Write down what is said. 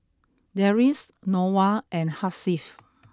Deris Noah and Hasif